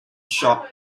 short